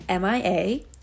MIA